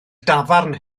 dafarn